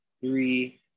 three